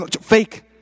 Fake